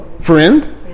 friend